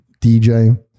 DJ